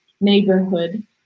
neighborhood